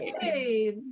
hey